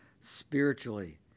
spiritually